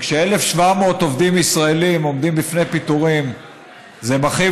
כש-1,700 עובדים ישראלים עומדים בפני פיטורים זה מכאיב,